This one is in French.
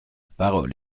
parole